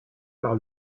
par